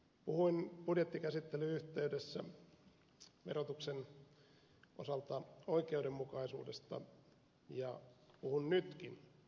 puhuin budjettikäsittelyn yhteydessä verotuksen osalta oikeudenmukaisuudesta ja puhun nytkin oikeudenmukaisuudesta